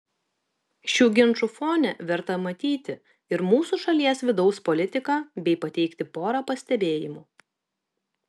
šių ginčų fone verta matyti ir mūsų šalies vidaus politiką bei pateikti porą pastebėjimų